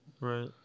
Right